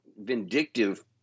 vindictive